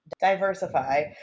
diversify